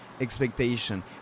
expectation